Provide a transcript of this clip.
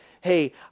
hey